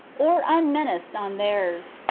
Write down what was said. or unmenaced on theirs.